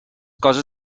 coses